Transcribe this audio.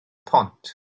pont